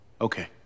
Okay